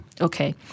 Okay